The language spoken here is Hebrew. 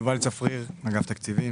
יובל צפריר, אגף התקציבים.